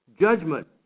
Judgment